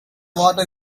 water